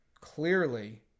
clearly